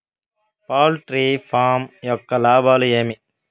poultry farm యొక్క లాభాలు ఏమి